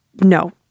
No